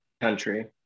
Country